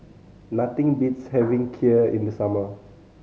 nothing beats having Kheer in the summer